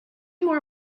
more